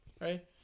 right